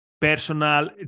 personal